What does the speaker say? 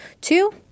Two